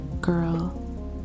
Girl